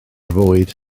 fwyd